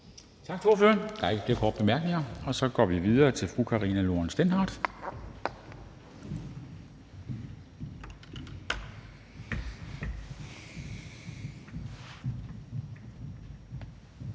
Tak til ordføreren. Der er ikke flere korte bemærkninger, og så går vi videre til fru Karina Lorentzen Dehnhardt,